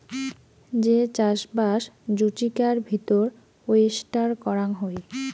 যে চাষবাস জুচিকার ভিতর ওয়েস্টার করাং হই